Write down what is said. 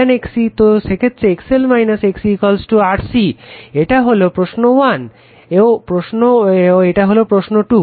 তো সেক্ষেত্রে XL XC RC এটা হলো প্রশ্ন 1 ও এটা হলো প্রশ্ন 2